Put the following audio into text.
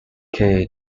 kay